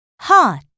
hot